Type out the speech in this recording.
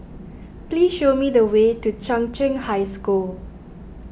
please show me the way to Chung Cheng High School